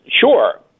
Sure